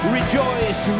Rejoice